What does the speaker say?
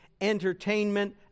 entertainment